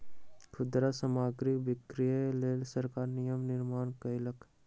खुदरा सामग्रीक बिक्रीक लेल सरकार नियम निर्माण कयलक